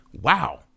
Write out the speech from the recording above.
wow